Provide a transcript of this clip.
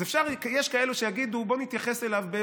אז יש כאלה שיגידו: בואו נכעס עליו,